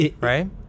right